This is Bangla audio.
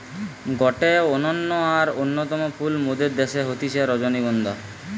গটে অনন্য আর অন্যতম ফুল মোদের দ্যাশে হতিছে রজনীগন্ধা